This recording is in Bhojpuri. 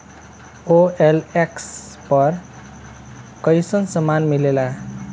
ओ.एल.एक्स पर कइसन सामान मीलेला?